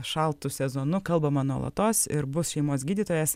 šaltu sezonu kalbama nuolatos ir bus šeimos gydytojas